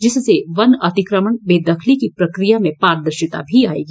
जिससे वन अतिकमण बेदखली की प्रकिया में पारदर्शिता भी आयेगी